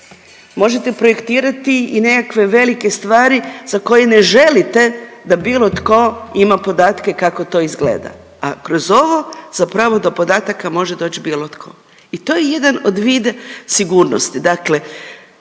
možete projektirati i nekakve velike stvari za koje ne želite da bilo tko ima podatke kako to izgleda, a kroz ovo zapravo do podataka može doći bilo tko i to je jedan od vida sigurnosti,